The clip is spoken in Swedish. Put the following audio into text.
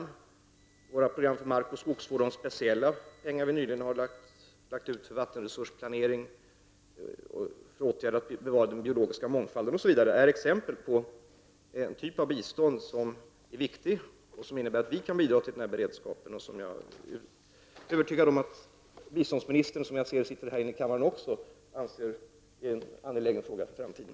Från våra program för mark och skogsvård har vi nyligen använt pengar till vattenresursplanering, för åtgärder att bevara den biologiska mångfalden osv. Detta är exempel på en typ av bistånd som är viktig och som innebär att vi kan bidra till den här beredskapen. Jag är övertygad om att också biståndsministern, som jag ser sitter här i kammaren, anser att detta är en angelägen fråga för framtiden.